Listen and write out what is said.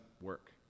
work